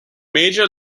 major